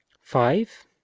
five